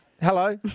Hello